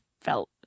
felt